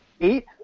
Eight